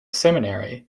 seminary